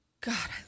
God